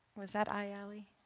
was that aye ali?